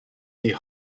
die